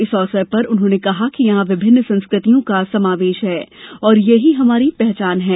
इस अवसर पर उन्होंने कहा कि यहां विभिन्न संस्कृतियों का समावेश है और यही हमारी पहचान है